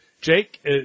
Jake